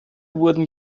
wurden